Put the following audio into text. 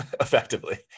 effectively